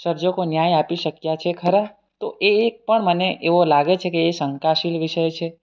સર્જકો ન્યાય આપી શક્યા છે ખરા તો એ એક પણ મને એવો લાગે છે કે એ શંકાશીલ વિષય છે